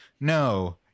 no